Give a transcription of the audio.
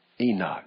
Enoch